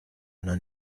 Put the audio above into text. una